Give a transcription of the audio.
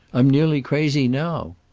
i'm nearly crazy now.